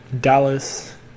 Dallas